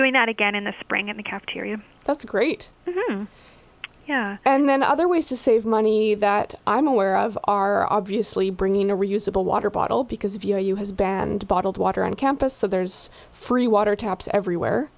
doing that again in the spring in the cafeteria that's great yeah and then other ways to save money that i'm aware of are obviously bringing a reusable water bottle because of you know you have banned bottled water on campus so there's free water taps everywhere